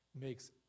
makes